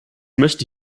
möchte